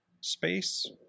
space